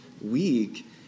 week